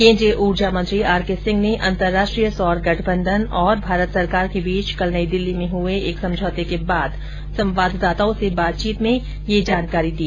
केंद्रीय ऊर्जा मंत्री आर के सिंह ने अंतरराष्ट्रीय सौर गठबंधन और मारत सरकार के बीच कल नई दिल्ली में हुए एक समझौते बाद संवाददाताओं से बातचीत में ये जानकारी दी